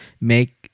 make